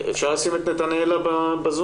אפשר לשים את נתנאלה בזום?